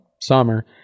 summer